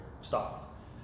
stop